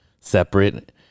separate